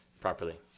properly